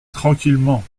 tranquillement